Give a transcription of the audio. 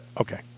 Okay